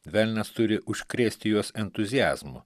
velnias turi užkrėsti juos entuziazmu